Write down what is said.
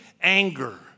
anger